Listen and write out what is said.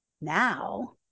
Now